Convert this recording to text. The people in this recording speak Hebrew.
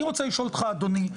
אני רוצה לשאול אותך אדוני,